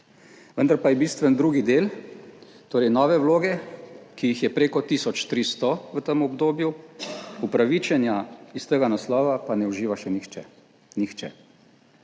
Vendar pa je bistven drugi del, torej nove vloge, ki jih je preko tisoč 300 v tem obdobju. Upravičenja iz tega naslova pa ne uživa še nihče,